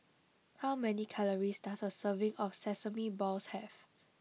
how many calories does a serving of Sesame Balls have